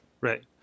Right